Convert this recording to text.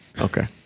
Okay